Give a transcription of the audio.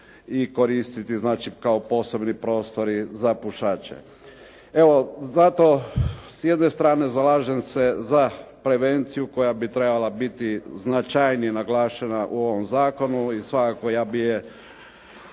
i koristiti znači kao posebni prostori za pušače. Evo, zato s jedne strane zalažem se za prevenciju koja bi trebala biti značajnije naglašena u ovom zakonu i svakako ja bih je